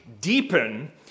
deepen